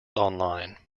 online